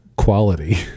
quality